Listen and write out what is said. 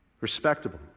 Respectable